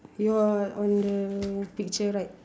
you are on the picture right